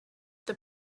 the